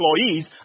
employees